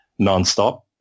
nonstop